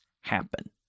happen